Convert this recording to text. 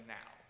now